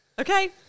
Okay